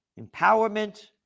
empowerment